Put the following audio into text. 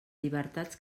llibertats